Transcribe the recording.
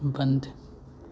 बन्द